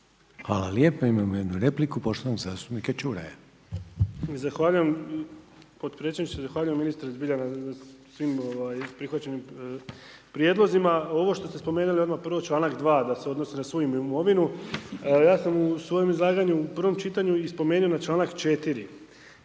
vam lijepo. Imamo jednu repliku poštovanog zastupnika Čuraja. **Čuraj, Stjepan (HNS)** Zahvaljujem potpredsjedniče. Zahvaljujem ministre zbilja na svim prihvaćenim prijedlozima. Ovo što ste spomenuli odmah prvo čl. 2. da se odnosi na svu imovinu. Ja sam u svom izlaganju u prvom čitanju i spomenuo na čl. 4.